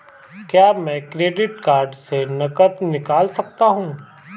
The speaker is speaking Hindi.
क्या मैं क्रेडिट कार्ड से नकद निकाल सकता हूँ?